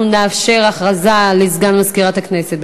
אנחנו נאפשר הודעה לסגן מזכירת הכנסת.